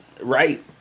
right